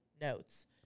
notes